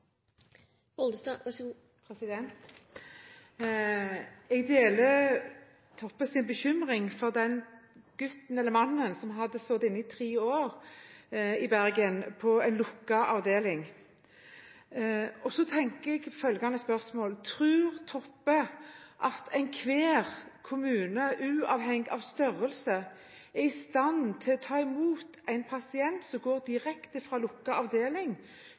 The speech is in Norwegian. Jeg deler Toppes bekymring for den mannen i Bergen som hadde sittet inne i tre år på en lukket avdeling. Så har jeg følgende spørsmål: Tror Toppe at enhver kommune, uavhengig av størrelse, er i stand til å ta imot en pasient som går direkte fra en lukket avdeling